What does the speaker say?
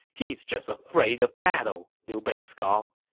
he's just afraid of battle, liu bei scoffed.